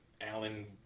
Alan